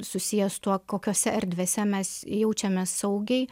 susiję su tuo kokiose erdvėse mes jaučiamės saugiai